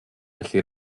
felly